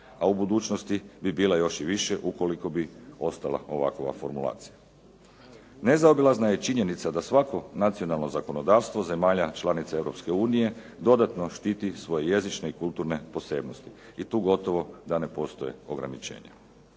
a u budućnosti bi bila još i više ukoliko bi ostala ovakova formulacija. Nezaobilazna je činjenica da svako nacionalno zakonodavstvo zemalja članica Europske unije dodatno štiti svoje jezične i kulturne posebnosti i tu gotovo da ne postoje ograničenja.